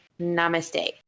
Namaste